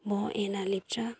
म एना लेप्चा